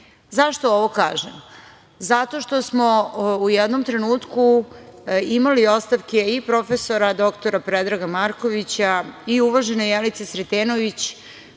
bili.Zašto ovo kažem? Zato što smo u jednom trenutku imali ostavke i profesora dr Predraga Markovića i uvažene Jelice Sretenović.